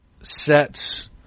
sets